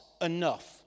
enough